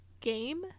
Game